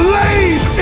lays